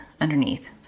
underneath